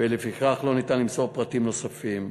ולפיכך לא ניתן למסור פרטים נוספים.